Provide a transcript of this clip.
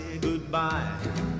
goodbye